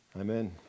Amen